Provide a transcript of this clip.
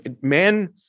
men